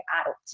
adult